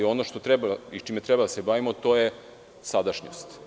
Ono što treba i čime treba da se bavimo je sadašnjost.